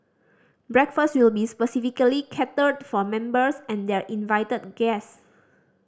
breakfast will be specially catered for members and their invited guest